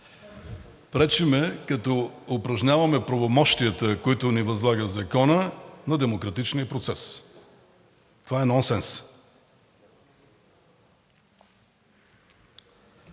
пречим, като упражняваме правомощията, които ни възлага Законът, на демократичния процес. Това е нонсенс.